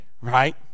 right